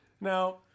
Now